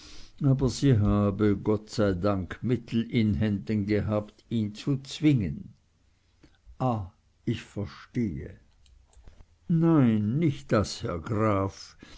aber sie habe gott sei dank mittel in händen gehabt ihn zu zwingen ah ich verstehe nein nicht das herr graf